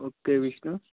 okay Vishnu